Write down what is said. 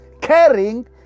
caring